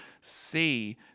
see